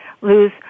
lose